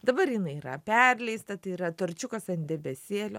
dabar jinai yra perleista tai yra torčiukas ant debesėlio